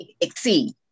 exceed